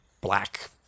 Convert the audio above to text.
black